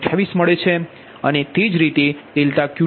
28 મળશે અને તે જ રીતે ∆Q21તમને 0